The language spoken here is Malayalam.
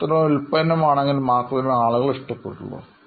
അത്തരം ഒരു ഉൽപ്പന്നം ആണെങ്കിൽ മാത്രമേ ആളുകൾക്ക് ഇഷ്ടപ്പെടുള്ളൂ എന്ന്